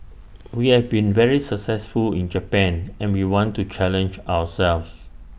we have been very successful in Japan and we want to challenge ourselves